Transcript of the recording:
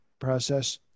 process